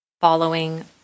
Following